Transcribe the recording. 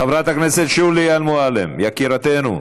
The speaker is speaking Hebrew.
חברת הכנסת שולי מועלם, יקירתנו,